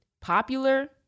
popular